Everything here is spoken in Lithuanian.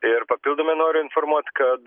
ir papildomai noriu informuot kad